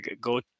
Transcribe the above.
go